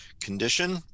condition